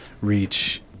reach